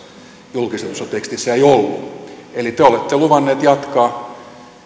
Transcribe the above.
julkistetussa tekstissä ei ollut eli te te olette luvanneet jatkaa